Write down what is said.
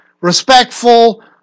respectful